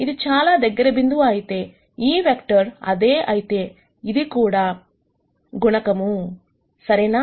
ఇది చాలా దగ్గర బిందువు అయితే ఈ వెక్టర్ అదే అయితే అది కూడా గుణకము సరేనా